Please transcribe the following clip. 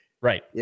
Right